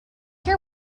care